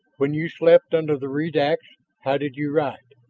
when you slept under the redax how did you ride?